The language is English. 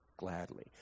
Gladly